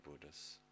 Buddhas